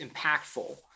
impactful